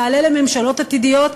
תעלה לממשלות עתידיות,